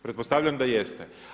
Pretpostavljam da jeste.